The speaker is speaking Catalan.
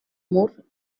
mur